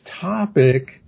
topic